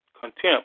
contempt